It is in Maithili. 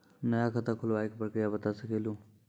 नया खाता खुलवाए के प्रक्रिया बता सके लू?